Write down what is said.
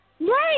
Right